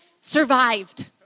survived